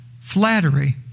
Flattery